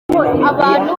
abantu